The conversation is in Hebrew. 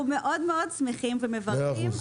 אנחנו מאוד מאוד שמחים ומברכים.